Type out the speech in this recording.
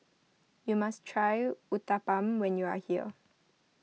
you must try Uthapam when you are here